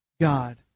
God